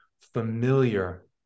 familiar